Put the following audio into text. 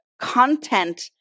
content